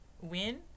win